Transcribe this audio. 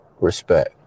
respect